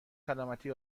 سلامتی